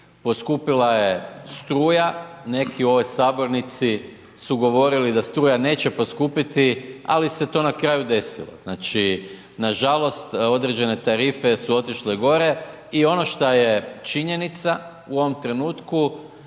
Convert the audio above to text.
poskupila je struja, neki u ovoj sabornici su govorili da struja neće poskupiti, ali se to na kraju desilo. Znači, nažalost, određene tarife su otišle gore i ono što je činjenica u ovom trenutku,